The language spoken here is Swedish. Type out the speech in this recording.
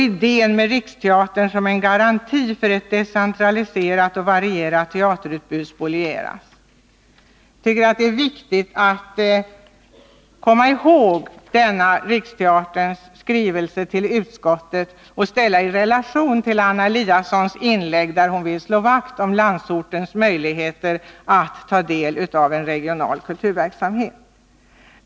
Idén med Riksteatern som en garanti för ett decentraliserat och varierat teaterutbud skulle spolieras.” Jag tycker att det är viktigt att komma ihåg denna Riksteaterns skrivelse till utskottet och ställa den i relation till Anna Eliassons inlägg, där hon ville slå vakt om landsortens möjligheter att ta del av en regional kulturverksamhet.